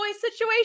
situation